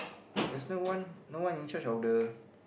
there's no one no one in charge of the